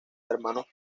hermanos